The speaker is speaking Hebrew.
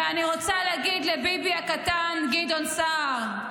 ואני רוצה להגיד לביבי הקטן, גדעון סער: